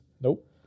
Nope